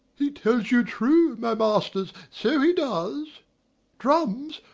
he tells you true, my masters so he does drums,